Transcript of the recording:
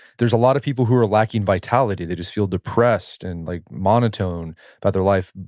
there's a lot of people who are lacking vitality, they just feel depressed and like monotone about their life.